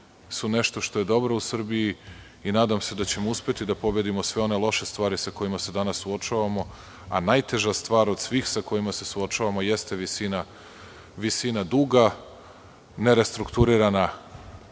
su nešto što je dobro u Srbiji i nadam se da ćemo uspeti da pobedimo sve one loše stvari sa kojima se danas suočavamo, a najteža stvar od svih sa kojima se suočavamo jeste visina duga, nerestrukturirana